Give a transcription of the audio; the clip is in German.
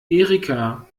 erika